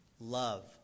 Love